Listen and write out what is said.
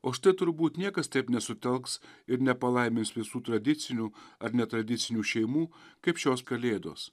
o štai turbūt niekas taip nesutelks ir nepalaimins visų tradicinių ar netradicinių šeimų kaip šios kalėdos